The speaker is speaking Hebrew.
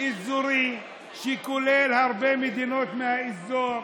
אזורי שכולל הרבה מדינות מהאזור,